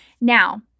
Now